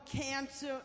cancer